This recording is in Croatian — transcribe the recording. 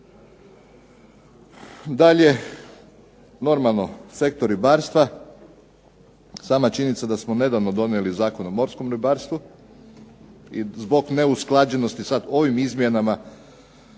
Dalje, normalno sektor ribarstva. Sama činjenica da smo nedavno donijeli Zakon o morskom ribarstvu i zbog neusklađenosti sa ovim izmjenama